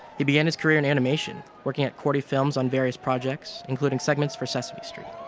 he began his career in animation, working at korty films on various projects, iincluding segments for sesame street.